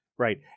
Right